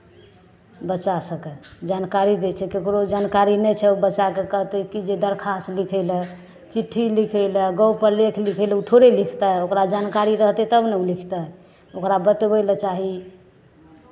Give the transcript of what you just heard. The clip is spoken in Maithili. बच्चा सभकेँ जानकारी दै छै ककरो जानकारी नहि छै ओ बच्चाकेँ कहतै कि जे दरख्वास्त लिखय लए चिट्ठी लिखय लए गौपर लेख लिखय लए ओ थोड़े लिखतै ओकरा जानकारी रहतै तब ने ओ लिखतै ओकरा बतबय लए चाही